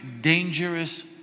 dangerous